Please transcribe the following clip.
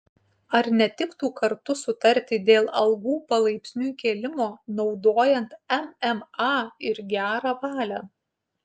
ar netiktų kartu sutarti dėl algų palaipsniui kėlimo naudojant mma ir gerą valią